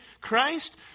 Christ